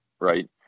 right